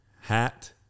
Hat